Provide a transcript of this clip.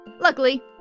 Luckily